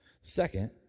Second